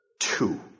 Two